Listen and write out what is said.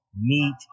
meat